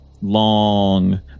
long